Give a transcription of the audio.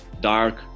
dark